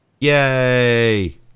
Yay